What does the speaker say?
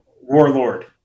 Warlord